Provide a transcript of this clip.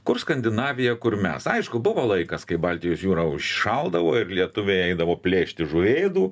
kur skandinavija kur mes aišku buvo laikas kai baltijos jūra užšaldavo ir lietuviai eidavo plėšti žuvėdų